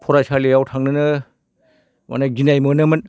फरायसालियाव थांनोनो माने गिनाय मोनोमोन